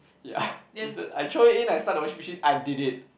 ya you see I throw it in I start the washing machine I did it